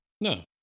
No